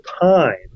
time